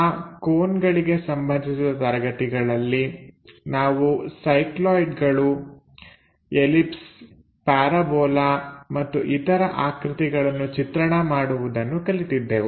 ಆ ಕೋನ್ಗಳಿಗೆ ಸಂಬಂಧಿಸಿದ ತರಗತಿಗಳಲ್ಲಿ ನಾವು ಸೈಕ್ಲಾಯ್ಡ್ಗಳು ಎಲಿಪ್ಸ್ ಪ್ಯಾರಾಬೋಲಾ ಮತ್ತು ಇತರ ಆಕೃತಿಗಳನ್ನು ಚಿತ್ರಣ ಮಾಡುವುದನ್ನು ಕಲಿತಿದ್ದೆವು